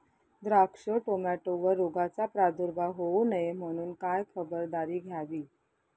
द्राक्ष, टोमॅटोवर रोगाचा प्रादुर्भाव होऊ नये म्हणून काय खबरदारी घ्यावी?